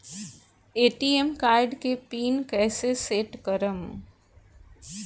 ATM card के pin कैसे set करम?